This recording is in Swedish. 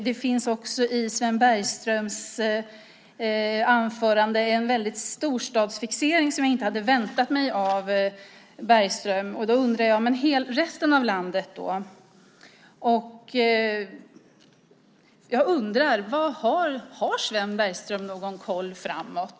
Det finns i Sven Bergströms anförande en stark storstadsfixering som jag inte hade väntat mig från hans sida. Därför undrar jag: Vad gäller för resten av landet? Har Sven Bergström någon koll framåt?